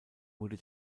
wurde